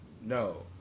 no